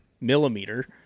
millimeter